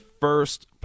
first